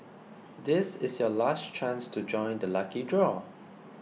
this is your last chance to join the lucky draw